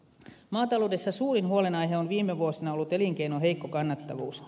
maataloudessa suurin huolenaihe on viime vuosina ollut elinkeinon heikko kannattavuus